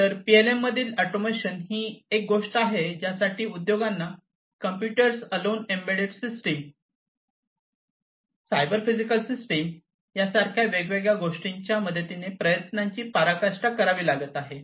तर पीएलएम मधील ऑटोमेशन ही एक गोष्ट आहे ज्यासाठी उद्योगांना computers alone embedded system cyber physical system यासारख्या वेगवेगळ्या गोष्टींच्या मदतीने प्रयत्नांची पराकाष्ठा करावी लागत आहे